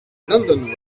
london